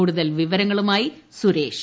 കൂടുതൽ വിവരങ്ങളുമായി സുരേഷ്